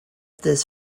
this